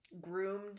groomed